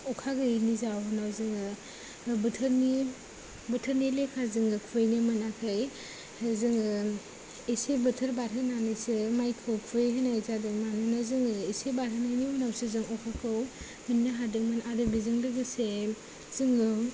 अखा गैयिनि जाउनाव जोङो बोथोरनि बोथोरनि लेखाजोंनो खुहैनो मोनाखै जोङो एसे बोथोर बारहोनानैसो माइखौ खुहैहैनाय जादों मानोना जोङो एसे बारहोनायनि उनावसो जों अखाखौ मोननो हादोंमोन आरो बेजों लोगोसे जोङो